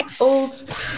old